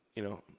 you know,